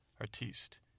artiste